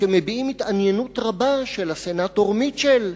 טלפונים שמביעים התעניינות רבה של הסנטור מיטשל: